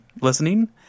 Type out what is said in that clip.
listening